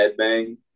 headbang